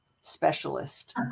specialist